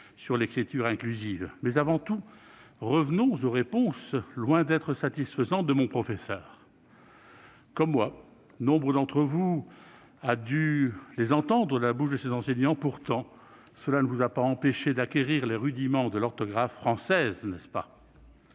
sur l'écriture inclusive. Avant tout, revenons aux réponses, loin d'être satisfaisantes, de mon professeur. Nombre d'entre vous ont dû entendre les mêmes de la bouche de leurs enseignants. Pourtant, cela ne vous a pas empêchés d'acquérir les rudiments de l'orthographe française.